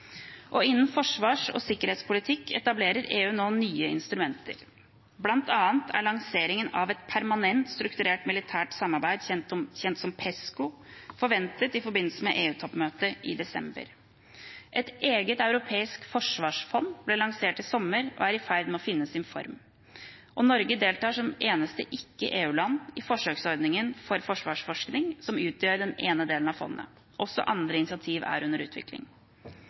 forsvars- og sikkerhetspolitikken etablerer EU nå nye instrumenter. Blant annet er lanseringen av et permanent strukturert militært samarbeid, kjent som Pesco, forventet i forbindelse med EU-toppmøtet i desember. Et eget europeisk forsvarsfond ble lansert i sommer og er i ferd med å finne sin form. Norge deltar som eneste ikke-EU-land i forsøksordningen for forsvarsforskning, som utgjør den ene delen av fondet. Også andre initiativ er under utvikling.